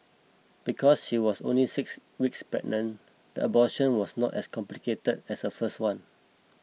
because she was only six weeks pregnant the abortion was not as complicated as her first one